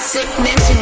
Sickness